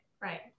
Right